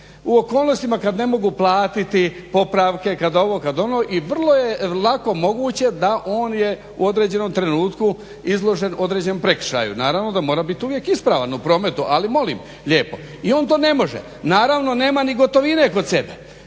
u okolnostima kad ne mogu platiti popravke, kad ovo, kad ono i vrlo je lako moguće da on je u određenom trenutku izložen određenom prekršaju. Naravno da mora biti uvijek ispravan u prometu, ali molim lijepo i on to ne može. Naravno nema ni gotovine kod sebe,